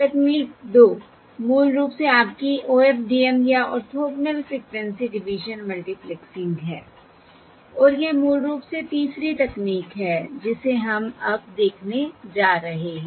तकनीक 2 मूल रूप से आपकी OFDM या ऑर्थोगोनल फ्रिक्वेंसी डिवीजन मल्टीप्लेक्सिंग है और यह मूल रूप से तीसरी तकनीक है जिसे हम अब देखने जा रहे हैं